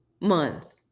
month